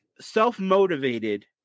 self-motivated